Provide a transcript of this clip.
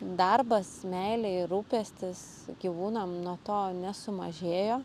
darbas meilė ir rūpestis gyvūnam nuo to nesumažėjo